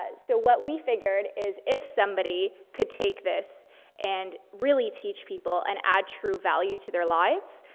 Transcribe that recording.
ah so what we figured is if somebody could take this and really teach people and add true value to their lives,